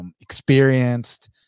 experienced